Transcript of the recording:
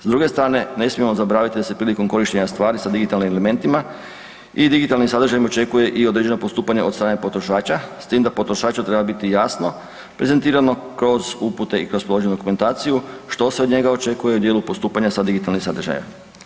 S druge strane ne smijemo zaboraviti da se prilikom korištenja stvari sa digitalnim elementima i digitalnim sadržajima očekuje i određeno postupanje od strane potrošača, s tim da potrošačima treba biti jasno prezentirano kroz upute i kroz priloženu dokumentaciju, što se od njega očekuje u djelu postupanja sa digitalnim sadržajima.